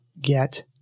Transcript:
get